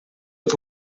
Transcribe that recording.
que